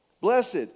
Blessed